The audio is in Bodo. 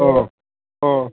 अह अह